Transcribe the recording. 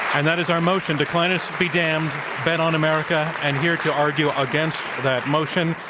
and that is our motion, declinists be damned bet on america. and here to argue against that motion,